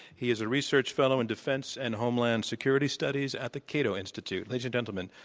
he is a research fellow in defense and homeland security studies at the cato institute. ladies and gentlemen,